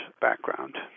background